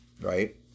right